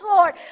Lord